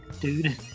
dude